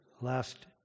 last